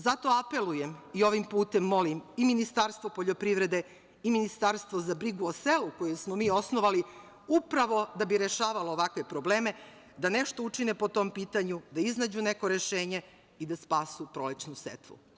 Zato apelujem i ovim putem molim i Ministarstvo poljoprivrede i Ministarstvo za brigu o selu, koje smo mi osnovali upravo da bi rešavalo ovakve probleme, da nešto učine po tom pitanju, da iznađu neko rešenje i da spasu prolećnu setvu.